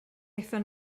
aethon